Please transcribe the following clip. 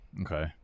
Okay